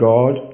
God